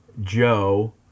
Joe